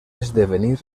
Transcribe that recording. esdevenir